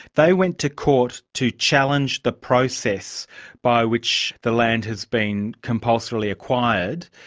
they went to court to challenge the process by which the land has been compulsorily acquired.